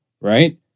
Right